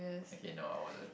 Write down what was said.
okay no I wasn't